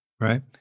right